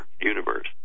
universe